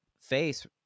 face